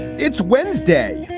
it's wednesday,